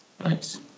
Nice